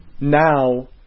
now